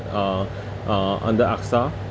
uh uh under AXA